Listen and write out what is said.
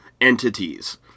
entities